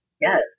Yes